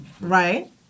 right